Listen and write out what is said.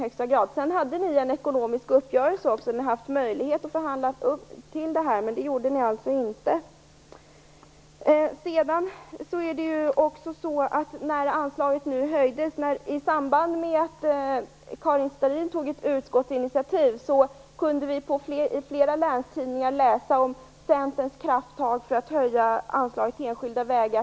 Ni träffade en ekonomisk uppgörelse, där ni hade möjlighet att förhandla er till en höjning, men det gjorde ni alltså inte. I samband med att Karin Starrin tog ett utskottsinitiativ kunde vi i flera länstidningar läsa om Centerns krafttag för att höja anslaget till enskilda vägar.